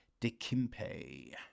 DeKimpe